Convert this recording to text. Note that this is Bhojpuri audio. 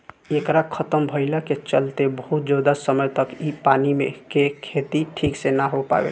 एकरा खतम भईला के चलते बहुत ज्यादा समय तक इ पानी मे के खेती ठीक से ना हो पावेला